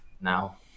now